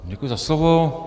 Děkuji za slovo.